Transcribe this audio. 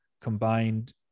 combined